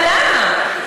אבל למה?